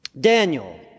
Daniel